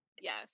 yes